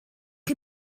chi